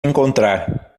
encontrar